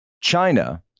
China